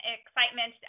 excitement